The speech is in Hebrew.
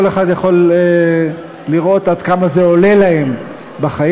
כל אחד יכול לראות עד כמה זה עולה להם בחיים,